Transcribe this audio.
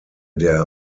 der